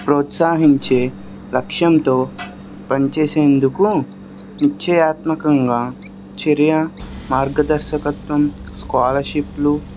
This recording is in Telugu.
ప్రోత్సహించే లక్ష్యంతో పని చేసేందుకు నృత్య యాత్మకంగా చర్య మార్గదర్శకత్వం స్కాలర్షిప్లు